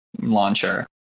launcher